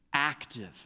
active